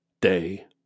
day